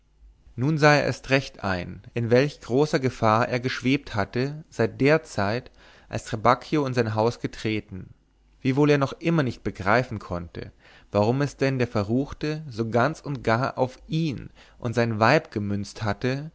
nun sah er erst recht ein in welch großer gefahr er geschwebt hatte seit der zeit als trabacchio in sein haus getreten wiewohl er noch immer nicht begreifen konnte warum es denn der verruchte so ganz und gar auf ihn und sein weib gemünzt hatte